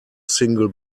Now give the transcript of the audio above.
single